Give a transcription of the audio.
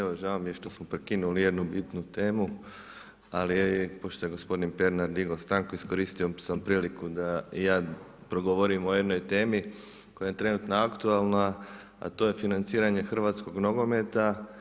Evo žao mi je što smo prekinuli jednu bitnu temu, ali pošto je gospodin Pernar digao stanku iskoristio sam priliku da ja progovorim o jednoj temi koja je trenutno aktualna, a to je financiranje hrvatskog nogometa.